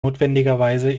notwendigerweise